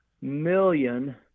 million